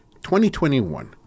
2021